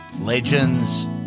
Legends